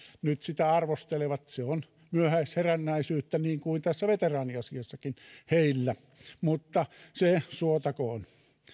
nyt sitä arvostelevat se on myöhäisherännäisyyttä niin kuin tässä veteraaniasiassakin heillä mutta se suotakoon